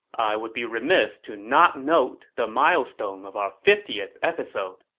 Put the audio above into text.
i would be remiss to not note the milestone of our fiftieth episode.